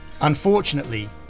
Unfortunately